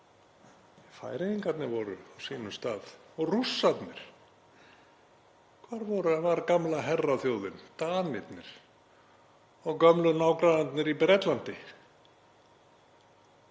Færeyingarnir voru á sínum stað og Rússarnir. Hvar var gamla herraþjóðin, Danirnir, og gömlu nágrannarnir í Bretlandi?